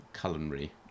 culinary